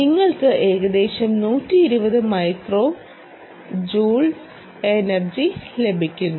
നിങ്ങൾക്ക് ഏകദേശം 120 micro joules energy ലഭിക്കുന്നു